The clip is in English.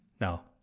now